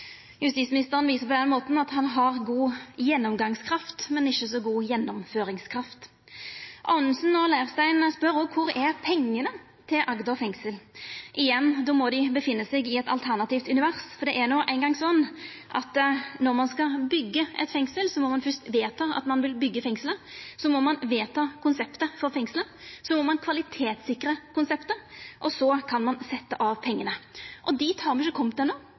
Justisministeren viser på den måten at han har god gjennomgangskraft, men ikkje så god gjennomføringskraft. Anundsen og Leirstein spør òg: Kvar er pengane til Agder fengsel? Igjen må dei opphalda seg i eit alternativt univers, for det er no eingong slik at når ein skal byggja eit fengsel, må ein fyrst vedta at ein vil byggja fengselet, så må ein vedta konseptet for fengselet, så må ein kvalitetssikra konseptet, og så kan ein setja av pengane. Dit har me ikkje kome enno, og takka vera Høgre og Framstegspartiet kjem me heller ikkje til